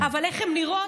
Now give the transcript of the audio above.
אבל איך שהן נראות,